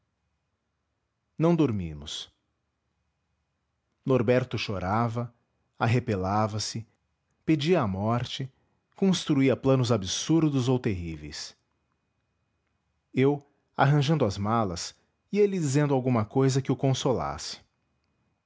vinagre não dormimos norberto chorava arrepelava se pedia a morte construía planos absurdos ou terríveis eu arranjando as malas ia-lhe dizendo alguma cousa que o consolasse